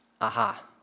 Aha